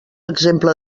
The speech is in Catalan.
exemple